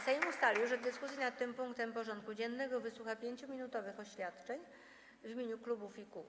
Sejm ustalił, że w dyskusji nad tym punktem porządku dziennego wysłucha 5-minutowych oświadczeń w imieniu klubów i kół.